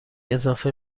اضافه